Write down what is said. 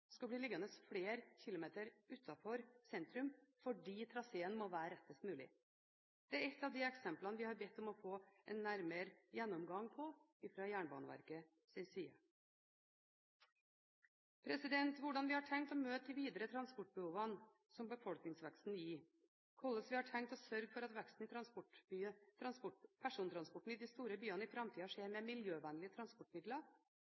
liggende flere kilometer utenfor sentrum, fordi traseen må være rettest mulig. Dette er ett av de eksemplene vi har bedt Jernbaneverket om å få nærmere gjennomgang av. Hvordan vi har tenkt å møte de videre transportbehovene som befolkningsveksten gir, hvordan vi har tenkt å sørge for at veksten i persontransport i de store byene i framtiden skjer med